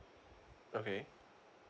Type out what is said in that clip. okay